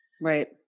Right